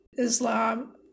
Islam